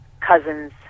cousins